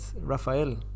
Raphael